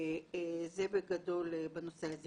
זה בגדול בנושא הזה.